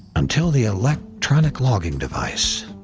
until the electronic logging device.